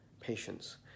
patience